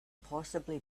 possibly